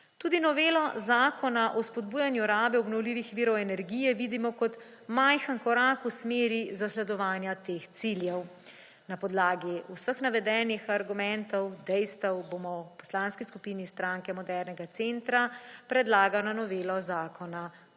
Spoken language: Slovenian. Tudi novelo Zakona o spodbujanju rabe obnovljivih virov energije vidimo kot majhen korak v smeri zasledovanja teh ciljev. Na podlagi vseh navedenih argumentov, dejstev, bomo v Poslanski skupini SMC predlagano novelo Zakona podprli.